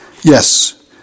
Yes